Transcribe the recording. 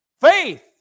Faith